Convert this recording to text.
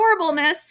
adorableness